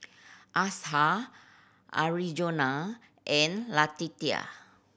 Asher Arizona and Letitia